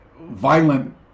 violent